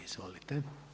Izvolite.